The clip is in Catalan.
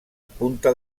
punta